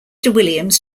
williams